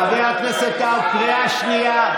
חבר הכנסת טייב, קריאה שנייה.